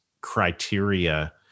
criteria